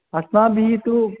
अस्माभिः तु